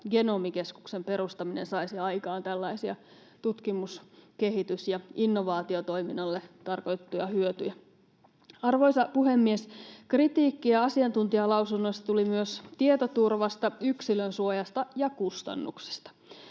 Genomikeskuksen perustaminen saisi aikaan tällaisia tutkimus‑, kehitys‑ ja innovaatiotoiminnalle tarkoitettuja hyötyjä. Arvoisa puhemies! Kritiikkiä asiantuntijalausunnoissa tuli myös tietoturvasta, yksilönsuojasta ja kustannuksista.